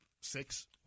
Six